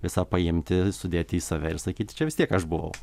visų paimti sudėti į save ir sakyti čia vis tiek aš buvau